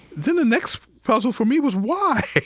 the next puzzle for me was why?